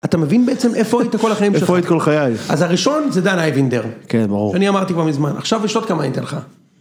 אתה מבין בעצם איפה היית כל החיים שלך. - איפה היית כל חיי? - אז הראשון זה דן איינבינדר. - כן, ברור. - אני אמרתי כבר מזמן, עכשיו יש עוד כמה אני אתן לך.